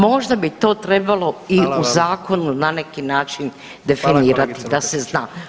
Možda bi to trebalo i u zakon [[Upadica: Hvala vam.]] na neki način definirati da se zna.